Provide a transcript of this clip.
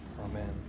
Amen